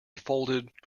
folded